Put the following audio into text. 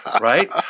right